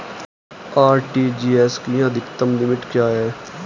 RTGS की अधिकतम limit क्या है?